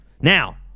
now